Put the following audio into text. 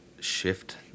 shift